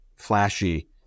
flashy